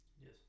Yes